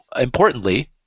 importantly